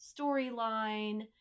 storyline